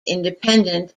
independent